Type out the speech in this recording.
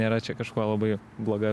nėra čia kažkuo labai bloga